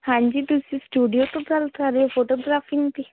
ਹਾਂਜੀ ਤੁਸੀਂ ਸਟੂਡੀਓ ਤੋਂ ਗੱਲ ਕਰ ਰਹੇ ਹੋ ਫੋਟੋਗ੍ਰਾਫਿੰਗ ਦੀ